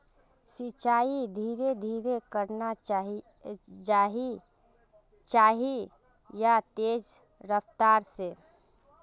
सिंचाई धीरे धीरे करना चही या तेज रफ्तार से?